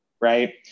right